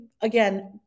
again